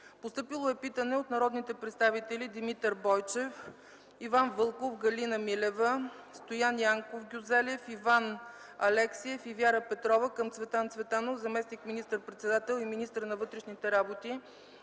Постъпило е питане от народните представители Димитър Бойчев, Иван Вълков, Галина Милева, Стоян Янков Гюзелев, Иван Алексиев и Вяра Петрова към Цветан Цветанов – заместник министър-председател и министър на вътрешните работи,